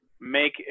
make